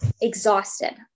exhausted